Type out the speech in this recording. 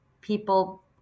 people